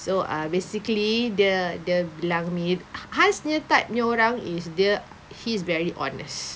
so uh basically dia dia bilang me ha~ Hans punya type punya orang is dia he's very honest